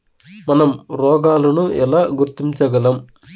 మనం రోగాలను ఎలా గుర్తించగలం?